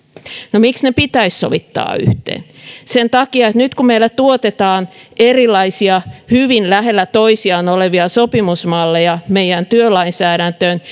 no miksi ne pitäisi sovittaa yhteen sen takia että kun nyt meillä tuotetaan erilaisia hyvin lähellä toisiaan olevia sopimusmalleja meidän työlainsäädäntöön